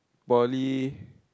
poly